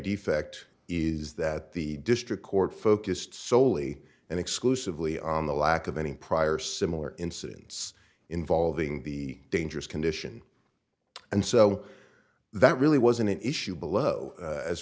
defect is that the district court focused solely and exclusively on the lack of any prior similar incidents involving the dangerous condition and so that really wasn't an issue below